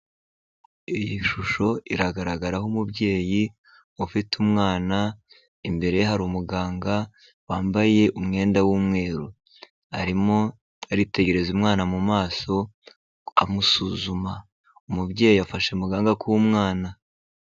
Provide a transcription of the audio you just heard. Iyi shusho iragaragaraho umubyeyi ufite umwana, imbere ye hari umuganga wambaye umwenda w'umweru, arimo aritegereza umwana mu maso amusuzuma, umubyeyi afashe mu gahanga k'umwana.